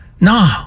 no